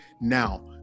Now